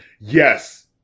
Yes